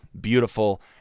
beautiful